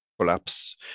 collapse